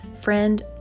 Friend